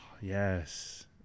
Yes